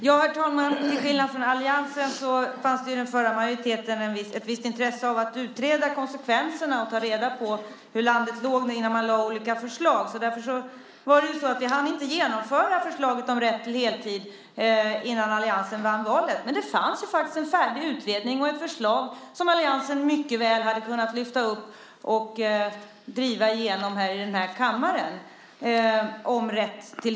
Herr talman! Till skillnad från hos alliansen fanns det i den förra majoriteten ett visst intresse av att utreda konsekvenserna och ta reda på hur landet låg innan man lade fram olika förslag. Därför hann vi inte genomföra förslaget om rätt till heltid innan alliansen vann valet. Men det fanns faktiskt en färdig utredning och ett förslag om rätt till heltid som alliansen mycket väl hade kunnat lyfta fram och driva igenom här i kammaren.